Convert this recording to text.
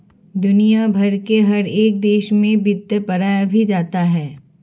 दुनिया भर के हर एक देश में वित्त पढ़ाया भी जाता है